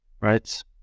right